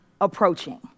approaching